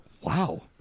Wow